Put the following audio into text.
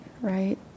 right